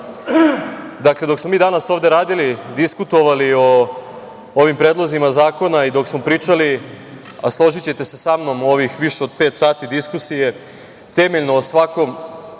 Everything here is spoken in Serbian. stvar. Dakle, dok smo mi danas ovde radili, diskutovali o ovim predlozima zakona i dok smo pričali, a složićete se sa mnom u ovih više od pet sati diskusije, temeljno o svakom